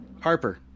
Harper